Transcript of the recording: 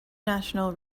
national